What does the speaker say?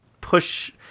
push